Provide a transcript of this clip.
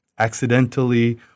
Accidentally